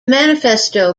manifesto